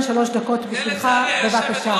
חצופה.